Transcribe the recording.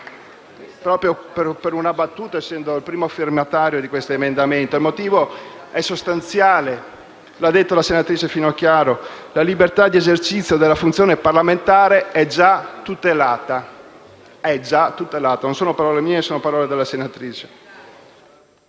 proprio per una battuta, essendo il primo firmatario di questo emendamento. Il motivo è sostanziale e l'ha detto la senatrice Finocchiaro: la libertà di esercizio della funzione parlamentare è già tutelata. Non sono parole mie, ma della senatrice.